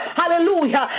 hallelujah